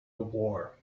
war